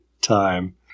time